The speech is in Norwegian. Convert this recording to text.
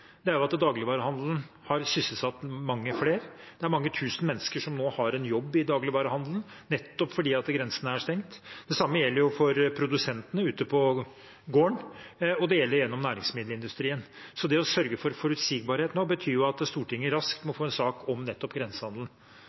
Det er at dagligvarehandelen har sysselsatt mange flere. Det er mange tusen mennesker som nå har en jobb i dagligvarehandelen nettopp fordi grensene er stengt. Det samme gjelder for produsentene ute på gården, og det gjelder gjennom næringsmiddelindustrien. Det å sørge for forutsigbarhet nå, betyr at Stortinget raskt må få en sak om nettopp grensehandelen.